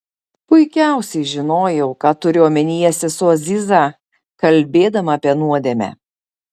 puikiausiai žinojau ką turi omenyje sesuo aziza kalbėdama apie nuodėmę